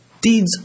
Deeds